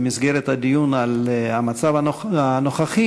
במסגרת הדיון על המצב הנוכחי,